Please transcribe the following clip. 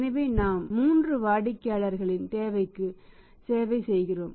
எனவே நாம் மூன்று வாடிக்கையாளர்களின் தேவைகளுக்கும சேவை செய்கிறோம்